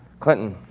clinton.